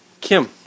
Kim